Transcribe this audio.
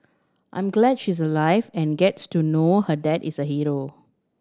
I'm glad she's alive and gets to know her dad is a hero